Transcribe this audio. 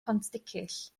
pontsticill